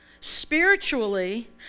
spiritually